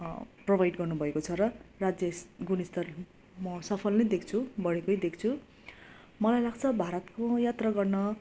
provide गर्नु भएको छ र राज्य स्त गुणस्तर म सफल नै देख्छु बढेकै देख्छु मलाई लाग्छ भारतको यात्रा गर्न